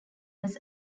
was